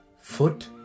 foot